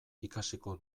ikasiko